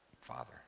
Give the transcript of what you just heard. father